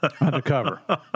undercover